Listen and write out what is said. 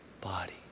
body